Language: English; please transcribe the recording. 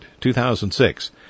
2006